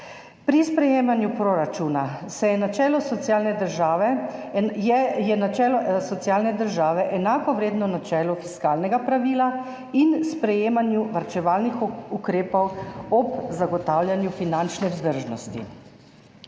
Pri sprejemanju proračuna je načelo socialne države enakovredno načelu fiskalnega pravila in sprejemanju varčevalnih ukrepov ob zagotavljanju finančne vzdržnosti.